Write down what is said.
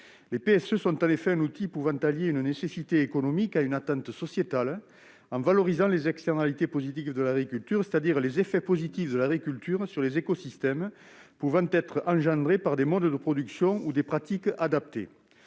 Les PSE sont en effet un outil pouvant allier une nécessité économique à une attente sociétale en valorisant les externalités positives de l'agriculture, c'est-à-dire les effets positifs de l'agriculture sur les écosystèmes qui peuvent être engendrés par des modes de production ou des pratiques adaptés.